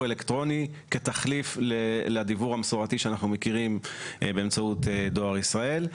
אלקטרוני כתחליף לדיוור המסורתי שאנחנו מכירים באמצעות דואר ישראל,